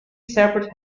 separate